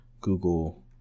Google